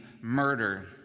murder